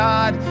God